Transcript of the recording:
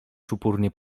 czupurnie